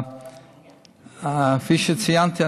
כפי שציינתי,